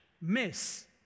miss